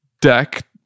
deck